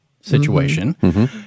situation